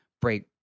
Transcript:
break